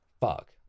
fuck